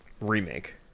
remake